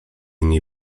nie